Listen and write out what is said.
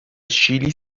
شیلی